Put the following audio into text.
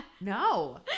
No